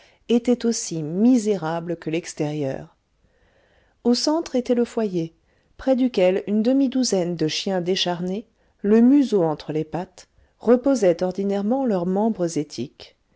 était aussi misérable que l'extérieur au centre était le foyer près duquel une demi douzaine de chiens décharnés le museau entre les pattes reposaient ordinairement leurs membres étiques